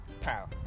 Pow